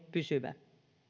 pysyvä